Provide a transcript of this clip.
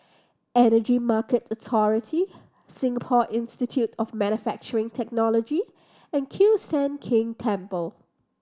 Energy Market Authority Singapore Institute of Manufacturing Technology and Kiew Sian King Temple